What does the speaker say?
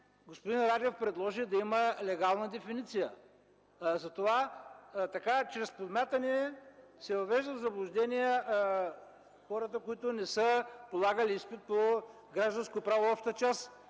използваме, бе предложено да има легална дефиниция. А така чрез подмятания се въвеждат в заблуждение хората, които не са полагали изпит по гражданско право – обща част,